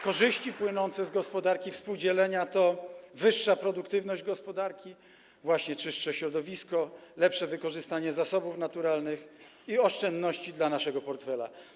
Korzyści płynące z gospodarki współdzielenia to wyższa produktywność gospodarki, właśnie czystsze środowisko, lepsze wykorzystanie zasobów naturalnych i oszczędności dla naszego portfela.